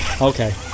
Okay